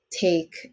take